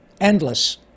endless